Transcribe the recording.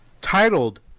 titled